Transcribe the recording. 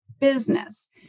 business